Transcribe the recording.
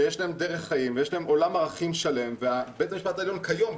שיש להם דרך חיים ועולם ערכים שלם ובית המשפט העליון כיום,